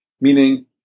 meaning